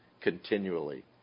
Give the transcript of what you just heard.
continually